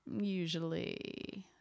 Usually